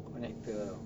connector ah